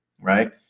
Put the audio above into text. right